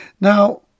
Now